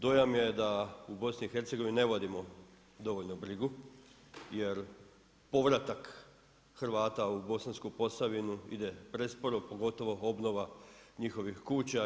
Dojam je da u BiH ne vodimo dovoljno brigu jer povratak Hrvata u Bosansku Posavinu ide presporo, pogotovo obnova njihovih kuća.